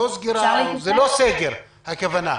זה לא סגר, הכוונה.